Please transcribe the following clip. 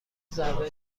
ضربه